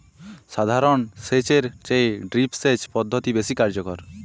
সাধারণ সেচ এর চেয়ে ড্রিপ সেচ পদ্ধতি বেশি কার্যকর